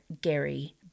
Gary